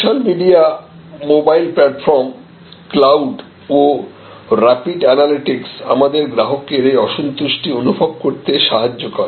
social media mobile platform cloud ও rapid analytics আমাদের গ্রাহকের এই অসন্তুষ্টি অনুভব করতে সাহায্য করে